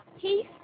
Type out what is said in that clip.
peace